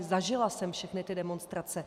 Zažila jsem všechny ty demonstrace.